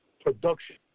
production